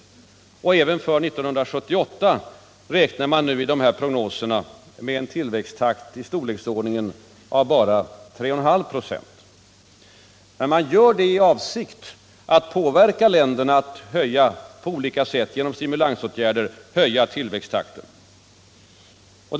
Och även för 1978 räknar man nu med en tillväxttakt i storleksordningen bara 3,5 96. Men man gör sådana prognoser bl.a. i avsikt att påverka länderna att på olika sätt genom stimulansåtgärder höja tillväxttakten och därmed dementera prognoserna.